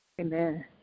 Amen